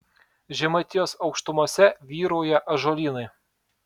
žemaitijos aukštumose vyrauja ąžuolynai